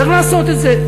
צריך לעשות את זה.